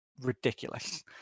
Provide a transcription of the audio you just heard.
ridiculous